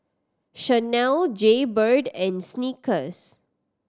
Chanel Jaybird and Snickers